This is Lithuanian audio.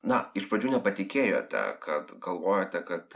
na iš pradžių nepatikėjote kad galvojote kad